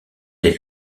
des